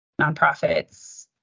nonprofits